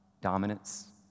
dominance